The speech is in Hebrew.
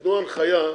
תנו הנחיה,